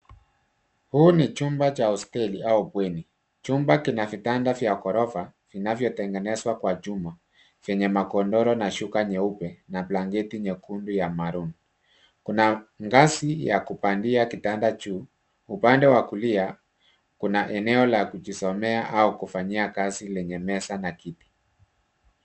Huu ni chumba cha hosteli au bweni. Chumba kina vitanda vya ghorofa vinavyotengenezwa kwa chuma vyenye magodoro na shuka nyeupe na blanketi nyekundu ya maroon . Kuna ngazi ya kupandia kitanda juu. Upande wa kulia, kuna eneo la kujisomea au kufanyia kazi lenye meza na kiti.